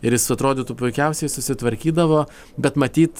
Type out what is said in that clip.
ir jis atrodytų puikiausiai susitvarkydavo bet matyt